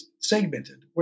segmented